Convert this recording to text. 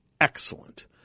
excellent